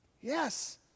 Yes